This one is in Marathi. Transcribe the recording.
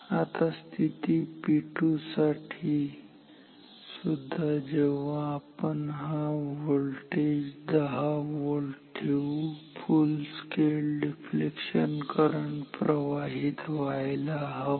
आता स्थिती P2 साठी सुद्धा जेव्हा आपण हा व्होल्टेज 10 व्होल्ट ठेवू फुल स्केल डिफ्लेक्शन करंट प्रवाहित व्हायला हवा